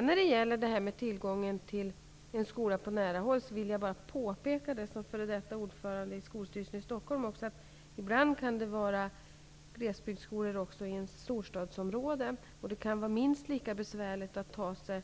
När det gäller tillgång till en skola på nära håll vill jag som f.d. ordförande i skolstyrelsen i Stockholm påpeka att det ibland kan finnas glesbygdsskolor också i ett storstadsområde. Det kan vara minst lika besvärligt att förflytta sig